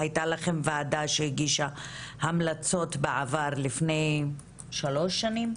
הייתה לכם ועדה שהגישה המלצות בעבר לפני שלוש שנים.